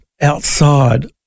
outside